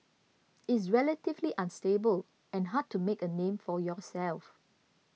it's relatively unstable and hard to make a name for yourself